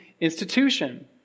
institution